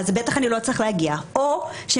אז בטח לדעתם הם לא צריכים להגיע,